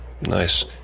Nice